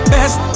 Best